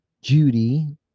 Judy